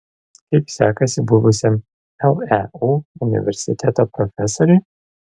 kaip sekasi buvusiam leu universiteto profesoriui